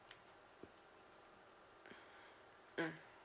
mm